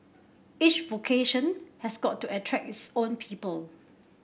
each vocation has got to attract its own people